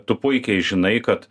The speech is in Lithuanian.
tu puikiai žinai kad